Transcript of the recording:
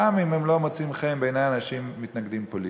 גם אם הם לא מוצאים חן בעיני אנשים מתנגדים פוליטיים.